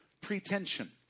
pretension